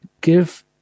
give